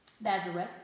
Nazareth